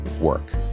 work